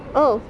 oh